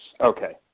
Okay